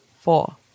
four